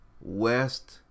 West